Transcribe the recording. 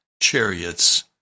chariots